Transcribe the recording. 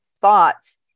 thoughts